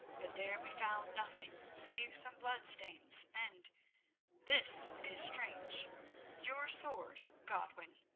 but there we found nothing save some bloodstains and this is strange your sword, godwin,